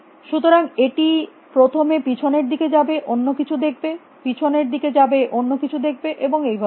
সুতরাং এটি প্রথমে পিছনের দিকে যাবে অন্য কিছু দেখবে পিছনের দিকে যাবে অন্য কিছু দেখবে এবং এইভাবে